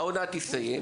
העונה כבר תסתיים,